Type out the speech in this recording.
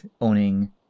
owning